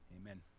Amen